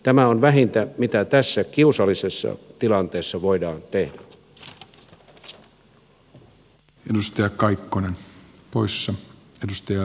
tämä on vähintä mitä tässä kiusallisessa tilanteessa voidaan tehdä